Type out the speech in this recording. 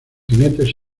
jinetes